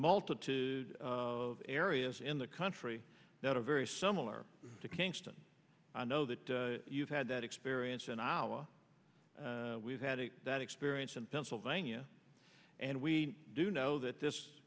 multitude of areas in the country that are very similar to kingston i know that you've had that experience and our we've had that experience in pennsylvania and we do know that this